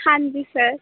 ਹਾਂਜੀ ਸਰ